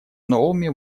новыми